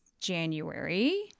January